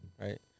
right